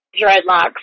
dreadlocks